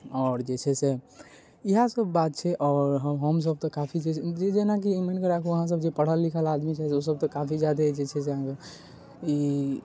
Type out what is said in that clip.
आओर जे छै से इएह सब बात छै आओर हमसब तऽ काफी जे जेनाकी मानिकऽ राखु अहाँसब जे पढ़ल लिखल आदमी सब ओसब तऽ काफी जादे जे छै से अहाँके ई